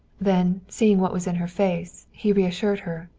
then, seeing what was in her face, he reassured her.